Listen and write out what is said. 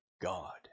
God